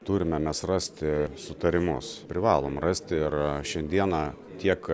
turime mes rasti sutarimus privalom rasti ir šiandieną tiek